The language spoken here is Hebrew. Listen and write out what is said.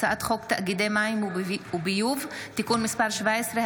הצעת חוק תאגידי מים וביוב (תיקון מס' 17),